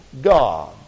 God